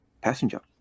passenger